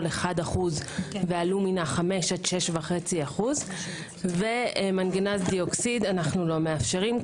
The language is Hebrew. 1% ואלומינה 5 עד 6.5% ומנגנז דיאוקסיד אנו לא מאפשרים.